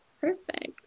Perfect